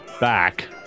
back